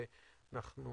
ואנחנו